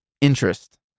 interest